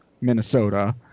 Minnesota